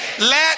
let